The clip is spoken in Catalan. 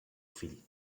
fill